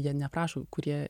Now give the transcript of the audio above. jie neprašo kurie